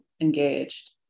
engaged